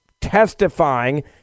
testifying